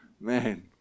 Man